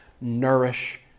nourish